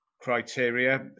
criteria